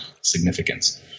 significance